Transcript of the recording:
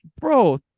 bro